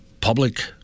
public